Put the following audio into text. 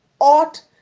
ought